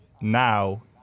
now